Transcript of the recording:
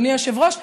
אדוני היושב- ראש,